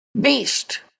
beast